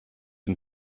and